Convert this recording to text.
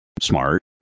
smart